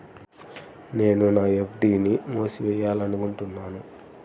నేను నా ఎఫ్.డీ ని మూసివేయాలనుకుంటున్నాను